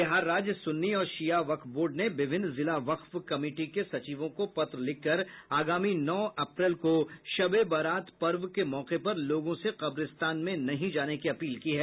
बिहार राज्य सुन्नी और शिया वक्फ बोर्ड ने विभिन्न जिला वक्फ कमिटी के सचिवों को पत्र लिखकर आगामी नौ अप्रैल को शब ए बरात पर्व के मौके पर लोगों से कब्रस्तिान में नहीं जाने की अपील की है